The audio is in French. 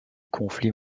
conflit